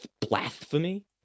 blasphemy